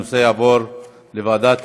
הנושא יועבר לוועדת הכספים.